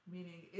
Meaning